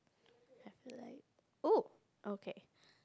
!oo! okay